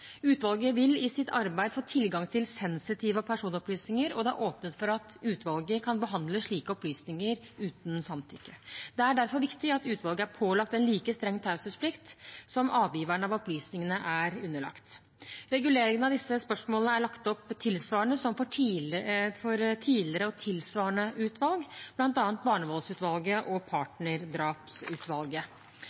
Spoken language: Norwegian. Utvalget vil i sitt arbeid få tilgang til sensitive personopplysninger, og det er åpnet for at utvalget kan behandle slike opplysninger uten samtykke. Det er derfor viktig at utvalget er pålagt en like streng taushetsplikt som avgiverne av opplysningene er underlagt. Reguleringen av disse spørsmålene er lagt opp tilsvarende som for tidligere og tilsvarende utvalg, bl.a. barnevoldsutvalget og partnerdrapsutvalget.